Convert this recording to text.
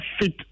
fit